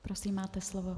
Prosím, máte slovo.